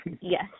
yes